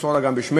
תמסור לה גם בשמנו,